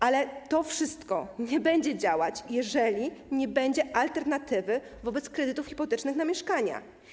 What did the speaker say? Ale to wszystko nie będzie działać, jeżeli nie będzie opcji alternatywnej wobec kredytów hipotecznych na mieszkania.